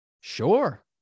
sure